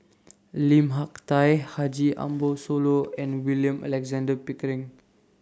Lim Hak Tai Haji Ambo Sooloh and William Alexander Pickering